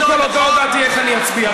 אני עוד לא הודעתי איך אני אצביע.